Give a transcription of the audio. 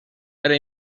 era